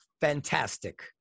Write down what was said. fantastic